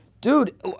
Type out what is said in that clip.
dude